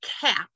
cap